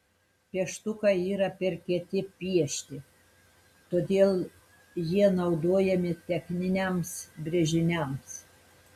pieštukai yra per kieti piešti todėl jie naudojami techniniams brėžiniams